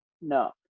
No